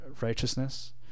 righteousness